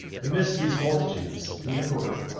amidst these multitudes, the emperor,